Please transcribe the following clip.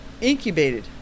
incubated